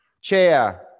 Chair